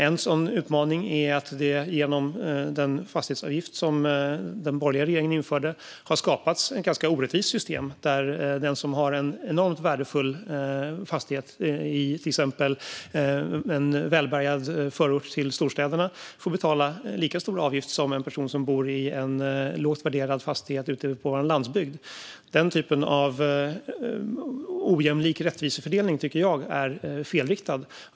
En sådan utmaning är att det genom den fastighetsavgift som den borgerliga regeringen införde har skapats ett ganska orättvist system, där den som har en enormt värdefull fastighet i till exempel en välbärgad storstadsförort får betala en lika stor avgift som en person som bor i en lågt värderad fastighet ute på vår landsbygd. Den typen av ojämlik rättvisefördelning tycker jag är felriktad.